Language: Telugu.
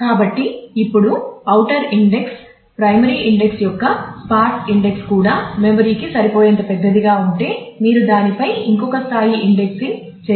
కాబట్టి ఇప్పుడు ఔటర్ ఇండెక్స్ ప్రైమరీ ఇండెక్స్ యొక్క స్పార్స్ ఇండెక్స్ కూడా మెమరీకి సరిపోయేంత పెద్దదిగా ఉంటే మీరు దానిపై ఇంకొక స్థాయి ఇండెక్సింగ్